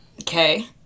Okay